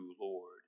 Lord